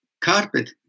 carpet